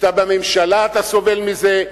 כשאתה בממשלה אתה סובל מזה,